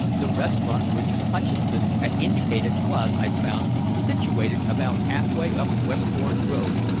the restaurant which hutcheson had indicated was, i found, situated about half-way up westbourne grove,